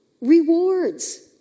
rewards